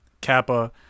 Kappa